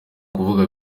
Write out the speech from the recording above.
kuvuga